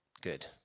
good